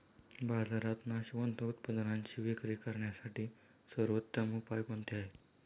बाजारात नाशवंत उत्पादनांची विक्री करण्यासाठी सर्वोत्तम उपाय कोणते आहेत?